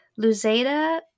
Luzeda